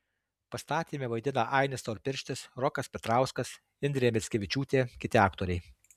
pastatyme vaidina ainis storpirštis rokas petrauskas indrė mickevičiūtė kiti aktoriai